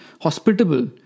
hospitable